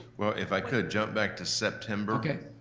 well, if i could jump back to september okay.